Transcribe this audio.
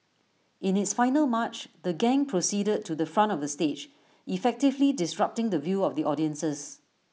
in its final March the gang proceeded to the front of the stage effectively disrupting the view of the audiences